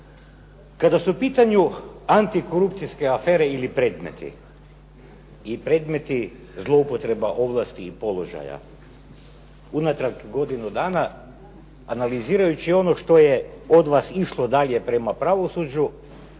kada su u pitanju antikorupcijske afere ili predmeti i predmeti zloupotreba ovlasti i položaja, unatrag godinu dana analizirajući ono što je od vas išlo dalje prema pravosuđu